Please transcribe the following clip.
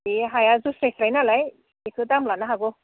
बे हाया जौस्रायस्राय नालाय बेखो दाम लानो हागौ